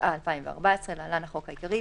התשע"ה-2014 (להלן החוק העיקרי),